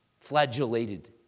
flagellated